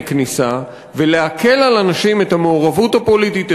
כניסה ולהקל על אנשים את המעורבות הפוליטית,